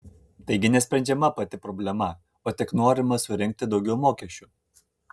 taigi nesprendžiama pati problema o tik norima surinkti daugiau mokesčių